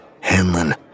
Hanlon